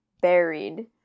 buried